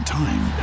time